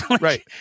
Right